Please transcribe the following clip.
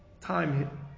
time